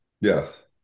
yes